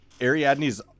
Ariadne's